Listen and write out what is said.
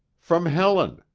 from helen!